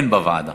אין בוועדה,